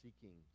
seeking